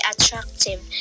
attractive